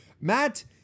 Matt